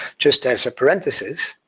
just as a parenthesis,